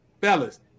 fellas